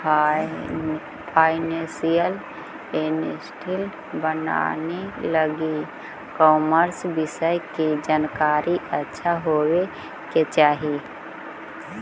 financial analyst बने लगी commerce विषय के जानकारी अच्छा होवे के चाही